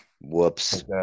Whoops